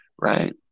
Right